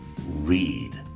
read